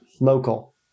Local